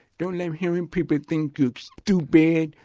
don't let hearing people think you're stupid.